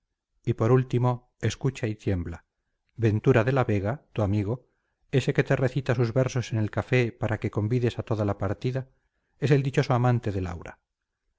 y por último escucha y tiembla ventura de la vega tu amigo ese que te recita sus versos en el café para que convides a toda la partida es el dichoso amante de laura